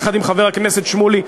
יחד עם חבר הכנסת שמולי,